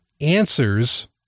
answers